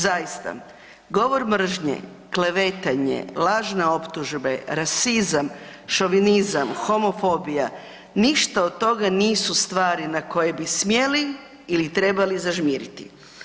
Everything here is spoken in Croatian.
Zaista, govor mržnje, klevetanje, lažne optužbe, rasizam, šovinizam, homofobija, ništa od toga nisu stvari na koje bi smjeli ili trebali zažmiriti.